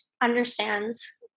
understands